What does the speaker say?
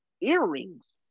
earrings